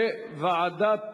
לדיון מוקדם בוועדת